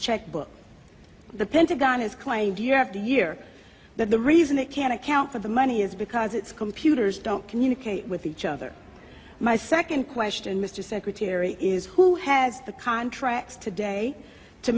checkbook the pentagon has claimed year after year but the reason it can't account for the money is because its computers don't communicate with each other my second question mr secretary is who has the contracts today to